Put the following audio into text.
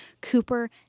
Cooper